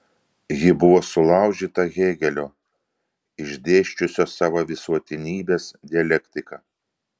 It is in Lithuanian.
ji buvo sulaužyta hėgelio išdėsčiusio savo visuotinybės dialektiką